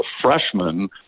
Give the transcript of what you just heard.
freshman